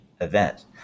event